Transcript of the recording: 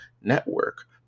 network